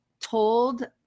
told